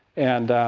and,